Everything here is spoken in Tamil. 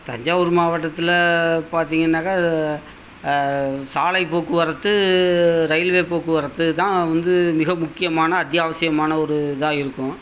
தஞ்சாவூர் மாவட்டத்தில் பார்த்தீங்கன்னாக்கா சாலை போக்குவரத்து ரயில்வே போக்குவரத்து தான் வந்து மிக முக்கியமான அத்தியாவசியமான ஒரு இதாக இருக்கும்